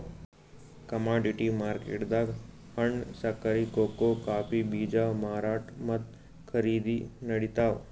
commodity ಮಾರ್ಕೆಟ್ದಾಗ್ ಹಣ್ಣ್, ಸಕ್ಕರಿ, ಕೋಕೋ ಕಾಫೀ ಬೀಜ ಮಾರಾಟ್ ಮತ್ತ್ ಖರೀದಿ ನಡಿತಾವ್